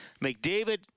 McDavid